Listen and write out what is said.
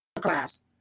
class